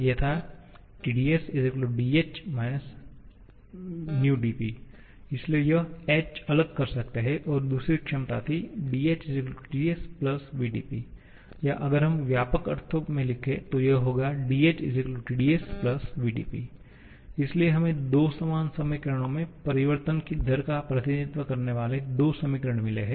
ये था Tds dh − vdP इसलिए हम H अलग कर सकते हैं और दूसरी क्षमता थी dh Tds vdP या अगर हम व्यापक अर्थों में लिखें तो यह होगा dHTdS VdP इसलिए हमें दो समान समीकरणों में परिवर्तन की दर का प्रतिनिधित्व करने वाले दो समीकरण मिले हैं